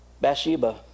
Bathsheba